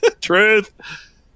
Truth